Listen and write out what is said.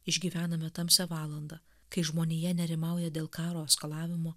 išgyvename tamsią valandą kai žmonija nerimauja dėl karo eskalavimo